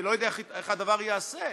אני לא יודע איך הדבר ייעשה,